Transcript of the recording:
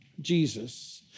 Jesus